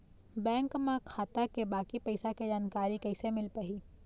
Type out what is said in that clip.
Bank म खाता के बाकी पैसा के जानकारी कैसे मिल पाही?